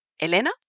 Elena